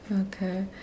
Okay